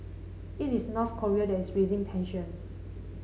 it is North Korea that is raising tensions